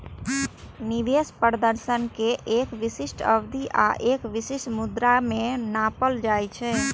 निवेश प्रदर्शन कें एक विशिष्ट अवधि आ एक विशिष्ट मुद्रा मे नापल जाइ छै